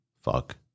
fuck